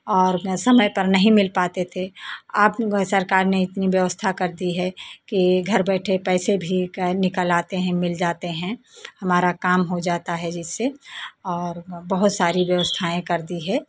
और हमें समय पर नहीं मिल पाते थे अब सरकार ने इतनी व्यवस्था कर दी है कि घर बैठे पैसे भी निकल आते हैं मिल जाते हैं हमारा काम हो जाता है जिसे और बहुत सारी व्यवस्थाएं कर दी है